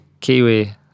Kiwi